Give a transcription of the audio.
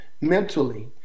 mentally